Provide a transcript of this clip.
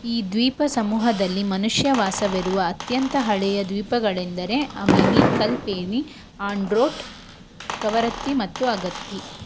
ಈ ದ್ವೀಪ ಸಮೂಹದಲ್ಲಿ ಮನುಷ್ಯ ವಾಸವಿರುವ ಅತ್ಯಂತ ಹಳೆಯ ದ್ವೀಪಗಳೆಂದರೆ ಅಮಿನಿ ಕಲ್ಪೇನಿ ಆಂಡ್ರೋಟ್ ಕವರತ್ತಿ ಮತ್ತು ಅಗತ್ತಿ